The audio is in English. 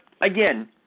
again